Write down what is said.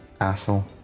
Asshole